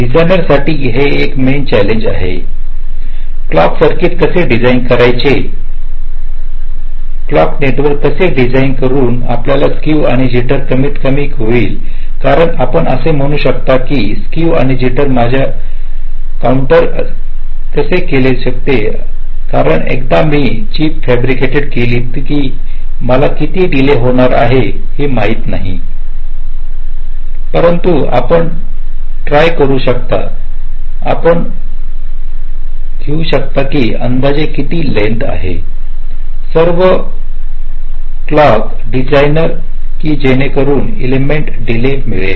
डेसिग्नेर्र साठी हे एक मेन चॅलेंज आहे क्लॉक सर्किट कसे डीझाईन कराचे क्लॉक नेटवर्क कसे डीझाईन करून आपला स्क्क्यू आणि जिटर कमीतकमी कमी होईलःकारण आपण असे म्हणू शकता की हे स्क्क्यू आणि जिटर माझ्या किं टर कसे असू शकते कारण एकदा मी चिप फॅब्रिकेटेड केली की मला किती डीले होणार आहे हे माहिती नाही परंतु आपण टराय करू शकता आपण करुन घेऊ शकता की अंदाजे किती लेन्थ आहे सर्व क्लॉक डेसिग्नेर्र की जेणेकरून एस्टीमेटेड डीले मिळेल